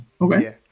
okay